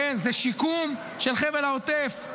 זה שיקום של חבל העוטף,